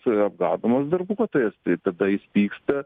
apgaunamas darbuotojas tai tada jis pyksta